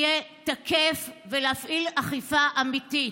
יהיה תקף, ולהפעיל אכיפה אמיתית.